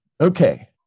Okay